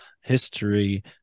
history